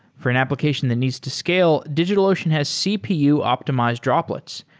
for an application that needs to scale, digitalocean has cpu optimized droplets,